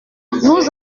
nous